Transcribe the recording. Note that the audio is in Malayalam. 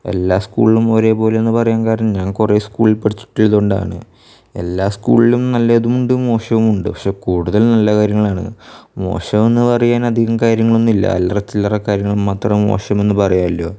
എല്ലാ സ്കൂൾളും ഒരേപോലെയെന്ന് പറയാന് കാരണം ഞാന് കുറെ സ്കൂളിൽ പഠിച്ചിട്ടുള്ളത് കൊണ്ടാണ് എല്ലാ സ്കൂളിലും നല്ലതുമുണ്ട് മോശവുമുണ്ട് പക്ഷേ കൂടുതല് നല്ല കാര്യങ്ങളാണ് മോശമെന്ന് പറയാന് അധികം കാര്യങ്ങളൊന്നുമില്ല അല്ലറച്ചില്ലറ കാര്യങ്ങള് മാത്രം മോശമെന്ന് പറയാനുള്ളൂ